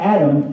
Adam